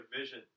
vision